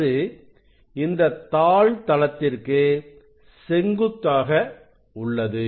அது இந்த தாள் தளத்திற்கு செங்குத்தாக உள்ளது